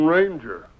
Ranger